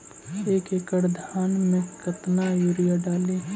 एक एकड़ धान मे कतना यूरिया डाली?